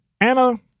anna